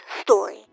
Story